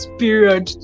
period